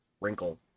wrinkle